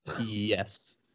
yes